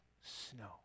snow